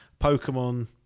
Pokemon